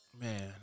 Man